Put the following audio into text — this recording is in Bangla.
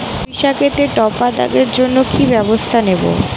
পুই শাকেতে টপা দাগের জন্য কি ব্যবস্থা নেব?